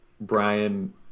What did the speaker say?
Brian